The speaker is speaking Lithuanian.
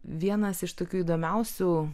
vienas iš tokių įdomiausių